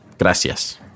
Gracias